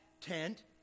tent